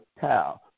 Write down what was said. Tau